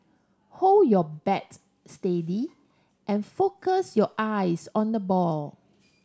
hold your bat steady and focus your eyes on the ball